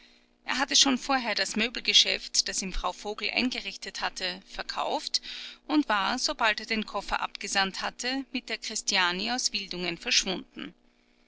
er hatte schon vorher das möbelgeschäft das ihm frau vogel eingerichtet hatte verkauft und war sobald er den koffer abgesandt hatte mit der christiani aus wildungen verschwunden